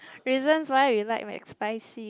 reasons why you like Mcspicy